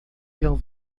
ele